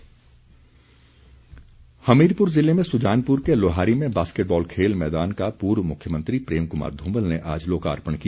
ध्मल हमीरपुर जिले में सुजानपुर के लोहारी में बास्केटबॉल खेल मैदान का पूर्व मुख्यमंत्री प्रेम कुमार ध्रमल ने आज लोकार्पण किया